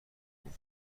بود